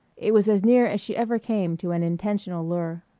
it was as near as she ever came to an intentional lure.